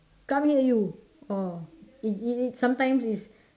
come here you or it's easy sometimes is